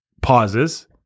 pauses